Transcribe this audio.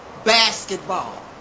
basketball